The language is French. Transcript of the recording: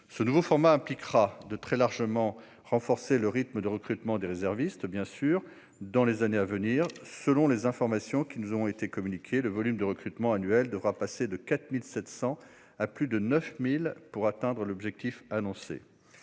Ce nouveau format impliquera de renforcer très largement le rythme de recrutement des réservistes dans les années à venir. Selon les informations qui nous ont été communiquées, le volume de recrutement annuel devra passer de 4 700 à plus de 9 000 pour atteindre l'objectif annoncé.